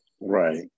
Right